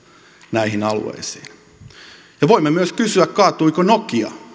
näihin alueisiin voimme myös kysyä kaatuiko nokia